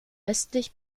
östlich